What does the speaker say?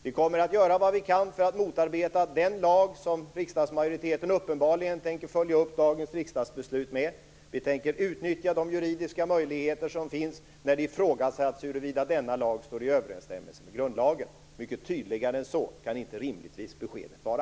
Vi kommer att göra vad vi kan för att motarbeta den lag som riksdagsmajoriteten uppenbarligen tänker följa upp dagens riksdagsbeslut med. Vi tänker utnyttja de juridiska möjligheter som finns - det har ju ifrågasatts huruvida denna lag står i överensstämmelse med grundlagen. Mycket tydligare än så kan inte rimligtvis beskedet vara.